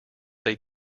they